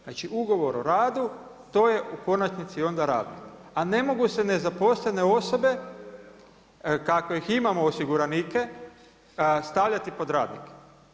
Znači ugovor o radu, to je u konačnici onda radnik a ne mogu se nezaposlene osobe kakve ih imamo, osiguranike, stavljati pod radnike.